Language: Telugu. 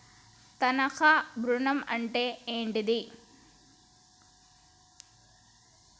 తనఖా ఋణం అంటే ఏంటిది?